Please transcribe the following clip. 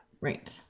Right